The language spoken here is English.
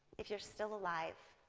if you're still alive,